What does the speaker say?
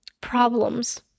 problems